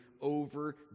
over